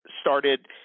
started